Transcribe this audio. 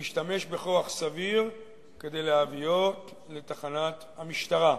להשתמש בכוח סביר כדי להביאו לתחנת המשטרה.